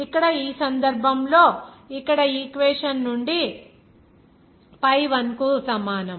ఇక్కడ ఈ సందర్భంలో ఇక్కడ ఈక్వేషన్ నుండి pi 1 కు సమానం